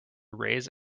raise